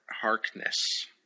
Harkness